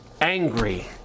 Angry